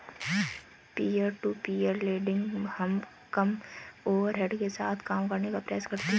peer to peer lending कम overhead के साथ काम करने का प्रयास करती हैं